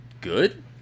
good